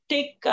Take